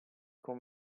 con